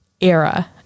era